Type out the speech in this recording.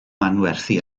manwerthu